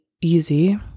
easy